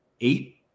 eight